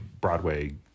Broadway